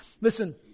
Listen